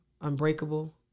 Unbreakable